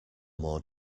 more